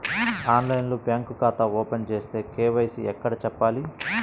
ఆన్లైన్లో బ్యాంకు ఖాతా ఓపెన్ చేస్తే, కే.వై.సి ఎక్కడ చెప్పాలి?